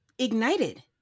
ignited